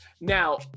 Now